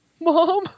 Mom